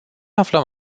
aflăm